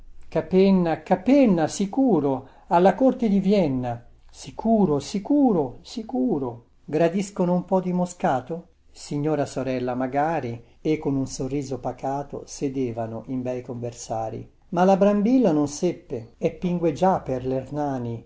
capenna capenna sicuro alla corte di vienna sicuro sicuro sicuro gradiscono un po di moscato signora sorella magari e con un sorriso pacato sedevano in bei conversari ma la brambilla non seppe e pingue già per lernani